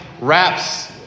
wraps